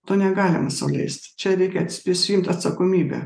to negalima sau leist čia reikia prisiimt atsakomybę